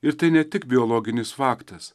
ir tai ne tik biologinis faktas